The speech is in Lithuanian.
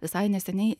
visai neseniai